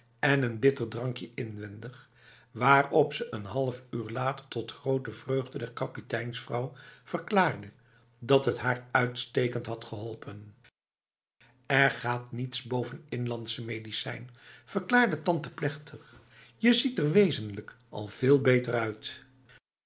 en n bitter drankje inwendig waarop ze n half uur later tot grote vreugde der kapiteinsvrouw verklaarde dat het haar uitstekend had geholpen er gaat niets boven inlandse medicijn verklaarde tante plechtig je ziet er wezenlijk al veel beter uitf